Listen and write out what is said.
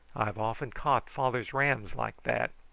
i've often caught father's rams like that.